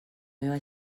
meva